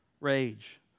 rage